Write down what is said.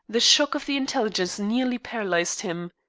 the shock of the intelligence nearly paralyzed him.